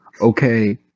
Okay